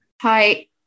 Hi